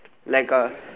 like a